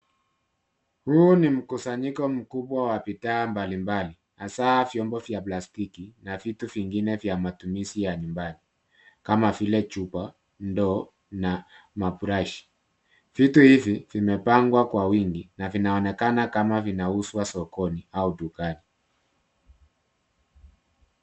Huu ni mkusanyiko mkubwa wa bidhaa mbalimbali, hasa vyombo vya plastiki, na vitu vingine vya matumizi ya nyumbani; kama vile chupa, ndoo na burashi. Vitu hivi vimepangwa kwa wingi na vinaonekana kama vinauzwa sokoni au dukani.